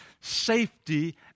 safety